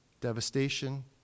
Devastation